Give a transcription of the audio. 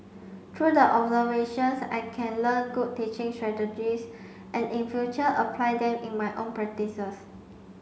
through the observations I can learn good teaching strategies and in future apply them in my own practices